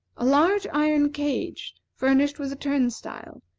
a large iron cage, furnished with a turnstile,